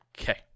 okay